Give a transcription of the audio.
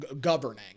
governing